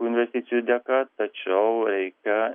tų investicijų dėka tačiau reikia